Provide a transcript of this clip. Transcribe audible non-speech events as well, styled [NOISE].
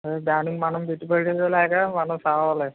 అదే దానికి [UNINTELLIGIBLE] లేక మనం చావాలి